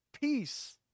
Peace